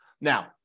Now